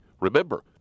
Remember